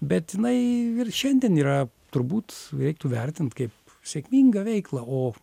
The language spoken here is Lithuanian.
bet jinai ir šiandien yra turbūt reiktų vertint kaip sėkmingą veiklą o